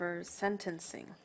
sentencing